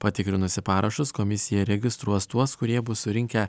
patikrinusi parašus komisija registruos tuos kurie bus surinkę